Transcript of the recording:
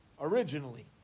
originally